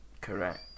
Correct